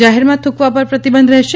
જાહેરમાં થૂંકવા પર પ્રતિબંધ રહેશે